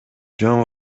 жөн